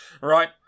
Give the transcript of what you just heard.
Right